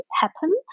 happen